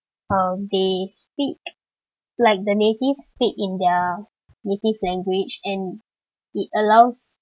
um they speak like the native speak in their native language and it allows